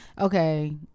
Okay